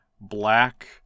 black